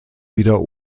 wieder